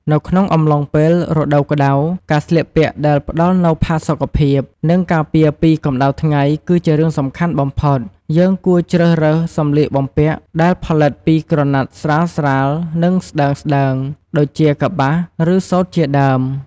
នៅក្នុងអំឡុងពេលរដូវក្តៅ ការស្លៀកពាក់ដែលផ្ដល់នូវផាសុខភាព និងការពារពីកម្ដៅថ្ងៃគឺជារឿងសំខាន់បំផុត យើងគួរជ្រើសរើសសម្លៀកបំពាក់ដែលផលិតពី ក្រណាត់ស្រាលៗ និងស្តើងៗ ដូចជា កប្បាស ឬ សូត្រជាដើម។